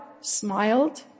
smiled